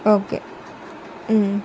okay